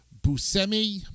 Buscemi